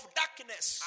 darkness